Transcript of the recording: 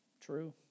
True